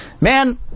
man